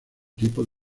tipo